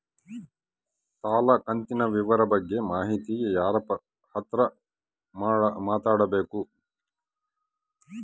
ಸಾಲ ಕಂತಿನ ವಿವರ ಬಗ್ಗೆ ಮಾಹಿತಿಗೆ ಯಾರ ಹತ್ರ ಮಾತಾಡಬೇಕು?